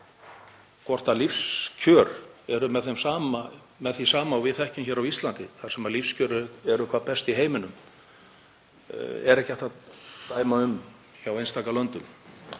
Hvort lífskjör eru með sama móti og við þekkjum hér á Íslandi, þar sem lífskjör eru hvað best í heiminum, er ekki hægt að dæma um hjá einstökum löndum